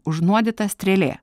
užnuodyta strėlė